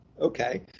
Okay